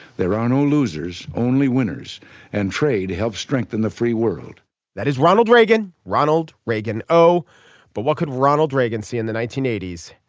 there are no losers only winners and trade to help strengthen the free world that is ronald reagan. ronald reagan. oh but what could ronald reagan see in the nineteen eighty s.